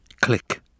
Click